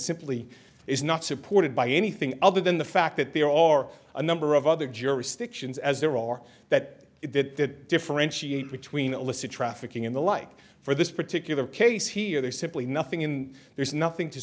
simply is not supported by anything other than the fact that there are a number of other jurisdictions as there are that that differentiate between illicit trafficking in the like for this particular case here there's simply nothing in there's nothing to